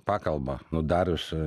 pakalba nu darius